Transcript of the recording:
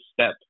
step